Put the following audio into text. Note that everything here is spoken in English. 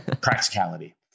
Practicality